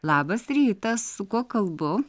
labas rytas su kuo kalbu